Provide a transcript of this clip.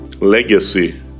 Legacy